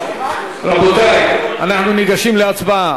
רבותי, אנחנו ניגשים להצבעה.